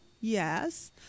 yes